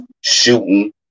shooting